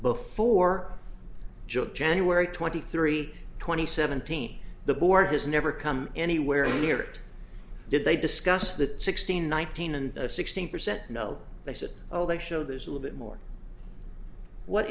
judge january twenty three twenty seventeen the board has never come anywhere near it did they discuss the sixteen in one thousand and sixteen percent no they said oh they show there's a little bit more what